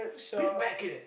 put it back in it